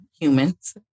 humans